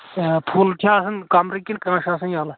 full چھا آسان کَمرٕ کِنہٕ کانہہ چھُ آسان یَلہٕ